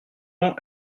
ans